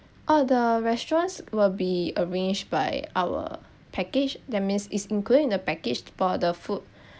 oh the restaurants will be arranged by our package that means it's included in the package for the food